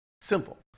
Simple